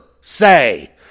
say